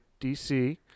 DC